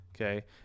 Okay